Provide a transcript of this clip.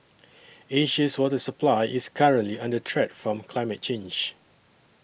Asia's water supply is currently under threat from climate change